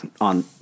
on